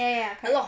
ya ya ya